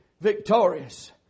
victorious